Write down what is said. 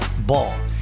Ball